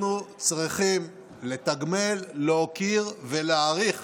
אנחנו צריכים לתגמל, להוקיר ולהעריך